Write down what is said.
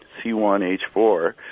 C1H4